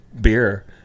beer